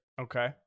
Okay